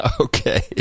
okay